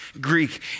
Greek